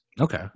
Okay